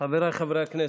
חברי הכנסת,